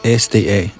sda